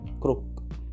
crook